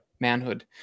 manhood